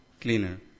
cleaner